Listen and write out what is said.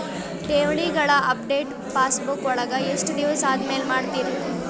ಠೇವಣಿಗಳ update passbook ವಳಗ ಎಷ್ಟ ದಿವಸ ಆದಮೇಲೆ ಮಾಡ್ತಿರ್?